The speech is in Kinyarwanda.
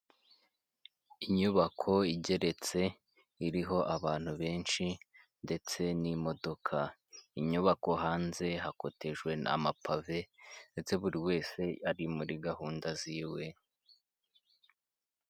Inyubako igeretse iriho abantu benshi ndetse n'imodoka. Inyubako hanze hakotejwe n'amapave ndetse buri wese ari muri gahunda ziwe.